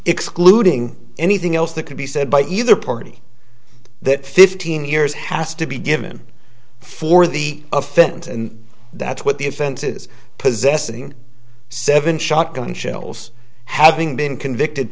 excluding anything else that could be said by either party that fifteen years has to be given for the offense and that's what the defense is possessing seven shotgun shells having been convicted